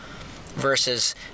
versus